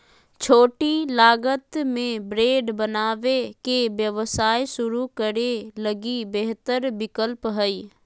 छोटी लागत में ब्रेड बनावे के व्यवसाय शुरू करे लगी बेहतर विकल्प हइ